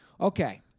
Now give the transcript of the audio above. Okay